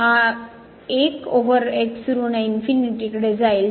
हा 1 over x ऋण इनफीनिटीकडे जाईल